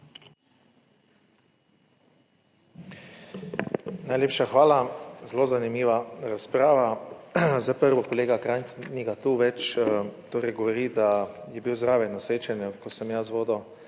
Najlepša hvala. Zelo zanimiva razprava. Zdaj prvo, kolega Krajnc, ni ga tu več. Torej govori, da je bil zraven na srečanju, ko sem jaz vodil